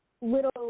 little